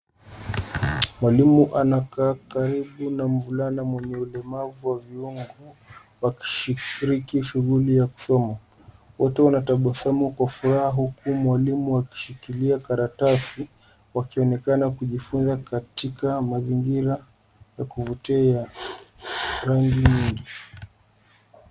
Mwalimu anakaa karibu na mvulana mwenye ulemavu wa viungo wakishiriki shughuli ya somo. Wote wanatabasamu kwa furaha huku mwalimu akishikilia karatasi wakionekana kujifunza katika mazingira ya kuvutia ya rangi nyingi.